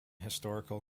historical